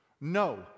no